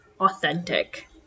authentic